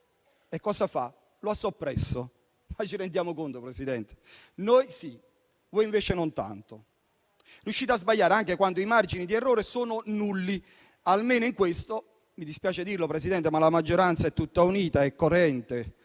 e cosa fa? Lo sopprime. Ma ci rendiamo conto, signor Presidente? Noi sì; voi, invece, non tanto. Riuscite a sbagliare anche quando i margini di errore sono nulli. Almeno in questo - mi dispiace dirlo, signor Presidente - la maggioranza è tutta unita e coerente.